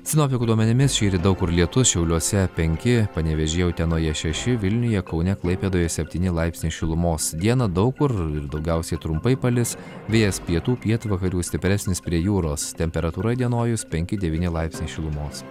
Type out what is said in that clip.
sinoptikų duomenimis šįryt daug kur lietus šiauliuose penki panevėžyje utenoje šeši vilniuje kaune klaipėdoje septyni laipsniai šilumos dieną daug kur daugiausiai trumpai palis vėjas pietų pietvakarių stipresnis prie jūros temperatūra įdienojus penki devyni laipsniai šilumos